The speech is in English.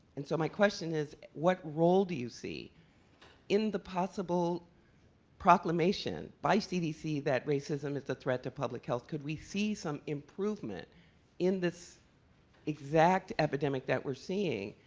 and so my question is, what role do you see in the possible proclamation by cdc that racism is a threat to public health, could we see some improvement in this exact epidemic that we're seeing,